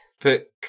Pick